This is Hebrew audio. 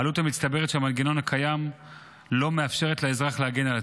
העלות המצטברת של המנגנון הקיים לא מאפשרת לאזרח להגן על עצמו.